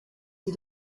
sie